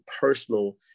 personal